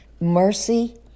mercy